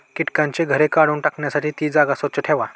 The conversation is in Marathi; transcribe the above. कीटकांची घरे काढून टाकण्यासाठी ती जागा स्वच्छ ठेवा